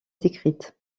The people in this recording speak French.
décrites